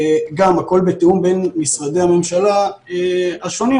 גם הכול בתיאום בין משרדי הממשלה השונים,